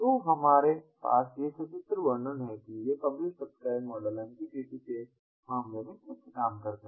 तो हमारे पास ये सचित्र वर्णन हैं कि ये पब्लिश सब्सक्राइब मॉडल MQTT के मामले में कैसे काम करते हैं